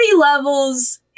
levels